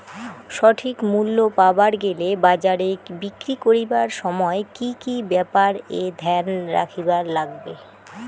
সঠিক মূল্য পাবার গেলে বাজারে বিক্রি করিবার সময় কি কি ব্যাপার এ ধ্যান রাখিবার লাগবে?